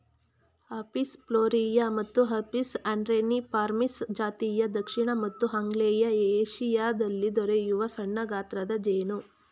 Apis florea ಮತ್ತು Apis andreniformis ಜಾತಿಯು ದಕ್ಷಿಣ ಮತ್ತು ಆಗ್ನೇಯ ಏಶಿಯಾದಲ್ಲಿ ದೊರೆಯುವ ಸಣ್ಣಗಾತ್ರದ ಜೇನು